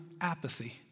apathy